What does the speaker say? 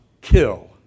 kill